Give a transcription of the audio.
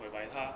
我也买他